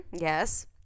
yes